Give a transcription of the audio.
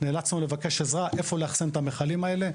נאלצנו לבקש עזרה איפה לאכסן את המכלים האלה.